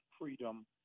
freedom